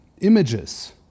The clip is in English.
images